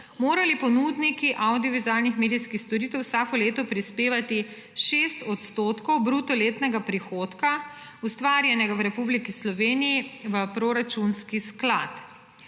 morali ponudniki avdiovizualnih medijskih storitev vsako leto prispevati 6 % bruto letnega prihodka, ustvarjenega v Republiki Sloveniji, v proračunski sklad.